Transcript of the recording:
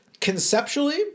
conceptually